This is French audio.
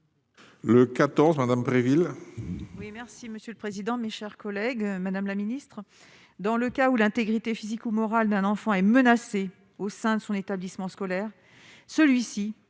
Le 14 Madame Préville.